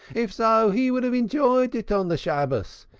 if so he would have enjoyed it on the shabbos.